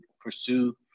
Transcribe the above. pursue